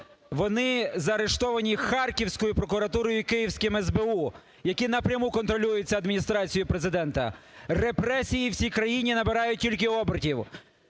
Вони заарештовані харківською прокуратурою і київським СБУ, який напряму контролюється Адміністрацією Президента. Репресії в цій країни набирають тільки обертів.